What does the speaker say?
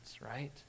right